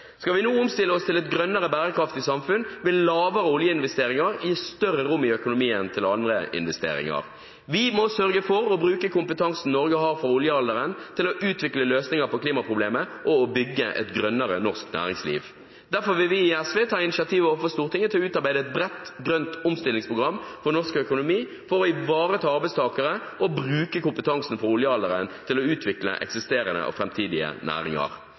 Skal vi nå omstille oss til et grønnere, bærekraftig samfunn, vil lavere oljeinvesteringer gi større rom i økonomien til andre investeringer. Vi må sørge for å bruke kompetansen Norge har fra oljealderen, til å utvikle løsninger på klimaproblemet og til å bygge et grønnere norsk næringsliv. Derfor vil vi i SV ta initiativ overfor Stortinget til å utarbeide et bredt, grønt omstillingsprogram for norsk økonomi, for å ivareta arbeidstakere og bruke kompetansen fra oljealderen til å utvikle eksisterende og framtidige næringer.